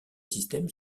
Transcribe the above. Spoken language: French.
systèmes